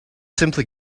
simply